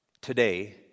today